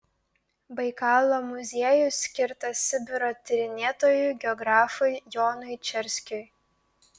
baikalo muziejus skirtas sibiro tyrinėtojui geografui jonui čerskiui